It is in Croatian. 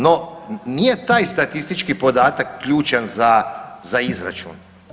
No, nije taj statistički podatak ključan za izračun.